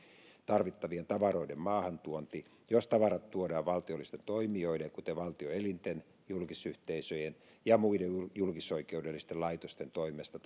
tarvittavien tavaroiden maahantuonti jos tavarat tuodaan valtiollisten toimijoiden kuten valtion elinten julkisyhteisöjen ja muiden julkisoikeudellisten laitosten toimesta